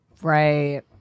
Right